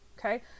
Okay